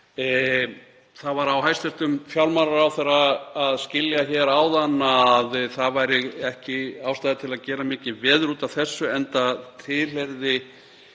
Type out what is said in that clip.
Það var á hæstv. fjármálaráðherra að skilja hér áðan að ekki væri ástæða til að gera mikið veður út af þessu enda tilheyrði